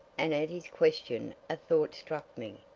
and at his question a thought struck me.